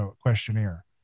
questionnaire